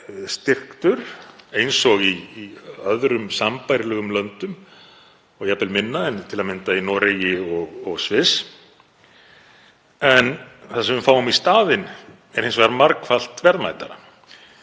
styrktur eins og í öðrum sambærilegum löndum, jafnvel minna en til að mynda í Noregi og Sviss, en það sem við fáum í staðinn er hins vegar margfalt verðmætara.